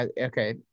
okay